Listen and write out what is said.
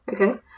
Okay